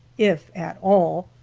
if at all,